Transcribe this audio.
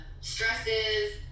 stresses